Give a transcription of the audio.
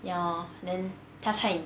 ya lor then 他差一点